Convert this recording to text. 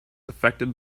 affected